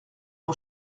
mon